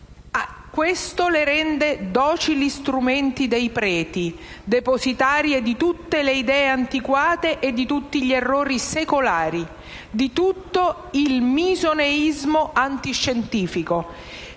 che le rende docili istrumenti dei preti, depositarie di tutte le idee antiquate, di tutti gli errori secolari, di tutto il misoneismo antiscientifico.